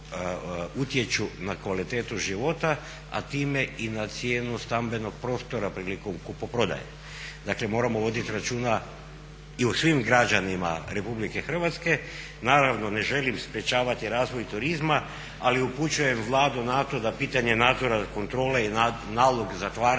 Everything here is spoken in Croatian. na kvalitetu života, a time i na cijenu stambenog prostora prilikom kupoprodaje. Dakle moramo voditi računa i o svim građanima RH. Naravno, ne želim sprečavati razvoj turizma, ali upućujem Vladu na to da pitanje nadzora kontrole i nalog zatvaranja